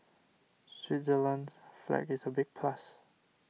Switzerland's flag is a big plus